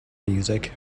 music